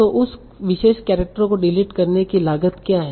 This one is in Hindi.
तो उस विशेष केरेक्टर को डिलीट करने कि लागत क्या है